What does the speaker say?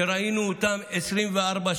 שראינו אותם 24/7